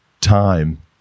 time